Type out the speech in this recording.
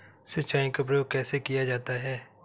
सिंचाई का प्रयोग कैसे किया जाता है?